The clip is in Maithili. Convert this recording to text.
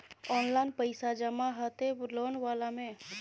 ऑनलाइन पैसा जमा हते लोन वाला में?